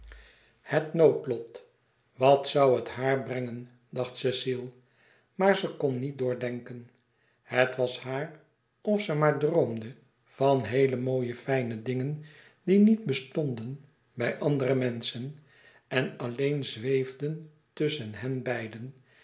het noodlot wat zoû het haar brengen dacht cecile maar ze kon niet doordenken het was haar of ze maar droomde van heele mooie fijne dingen die niet bestonden bij andere menschen en alleen zweefden tusschen henbeiden